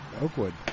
Oakwood